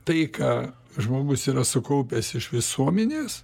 tai ką žmogus yra sukaupęs iš visuomenės